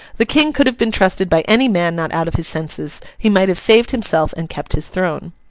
the king could have been trusted by any man not out of his senses, he might have saved himself and kept his throne.